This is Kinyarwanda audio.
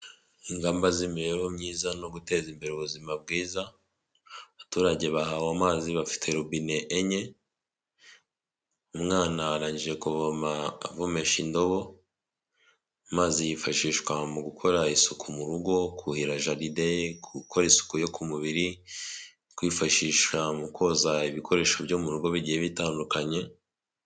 Ingamba z'imibereho myiza no guteza imbere ubuzima bwiza abaturage bahawe amazi bafite robine enye, umwana arangije kuvoma avumesha indobo. amazi yifashishwa mu gukora isuku mu rugo kuhira jalide gukora isuku yo ku mubiri kwifashi mu koza ibikoresho byo mu rugo bigiye bitandukanye.